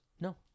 No